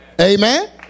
Amen